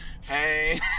hey